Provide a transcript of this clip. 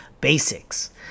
basics